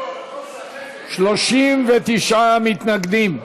39 מתנגדים,